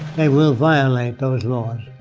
they will violate those laws.